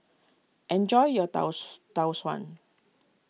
enjoy your Tau Tau Suan